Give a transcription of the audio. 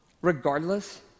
Regardless